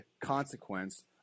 consequence